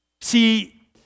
See